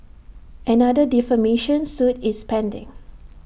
another defamation suit is pending